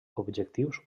objectius